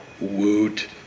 Woot